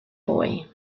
boy